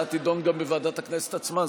שההצעה תידון גם בוועדת הכנסת עצמה.